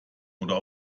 oder